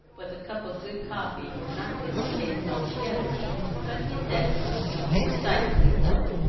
with a cup of good coffee, were not to his taste altogether but he said precisely so!